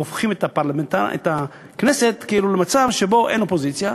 והופכים את הכנסת למצב שבו כאילו אין אופוזיציה.